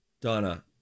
donna